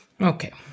okay